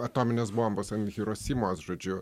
atominės bombos ant hirosimos žodžiu